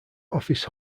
office